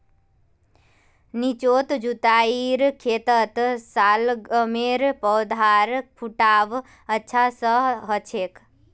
निचोत जुताईर खेतत शलगमेर पौधार फुटाव अच्छा स हछेक